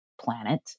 planet